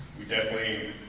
we definitely